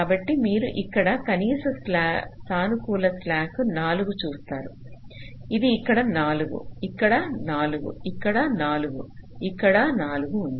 కాబట్టి మీరు ఇక్కడ కనీస సానుకూల స్లాక్ 4 చూస్తారు ఇది ఇక్కడ 4 ఇక్కడ 4 ఇక్కడ 4 ఇక్కడ 4 ఉంది